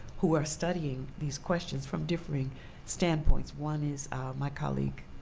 who are studying these questions from differing standpoints. one is my colleague,